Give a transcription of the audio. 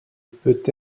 peut